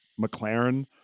mclaren